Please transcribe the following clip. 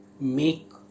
make